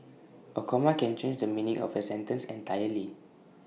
A comma can change the meaning of A sentence entirely